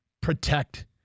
protect